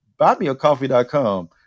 buymeacoffee.com